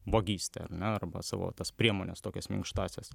vagystę ar ne arba savo tas priemones tokias minkštąsias